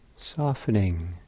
softening